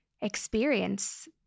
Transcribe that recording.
experience